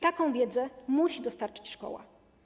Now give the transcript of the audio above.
Taką wiedzę musi dostarczyć szkoła.